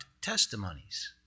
testimonies